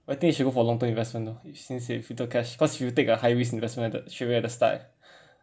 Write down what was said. I think you should go for long term investment lah since if little cash because you take a high risk investment at the straight away at the start